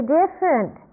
different